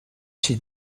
she